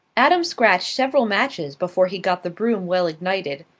adam scratched several matches before he got the broom well ignited,